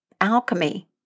alchemy